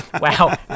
Wow